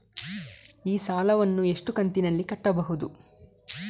ಈ ಸಾಲವನ್ನು ಎಷ್ಟು ಕಂತಿನಲ್ಲಿ ಕಟ್ಟಬಹುದು?